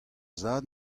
zad